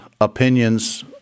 opinions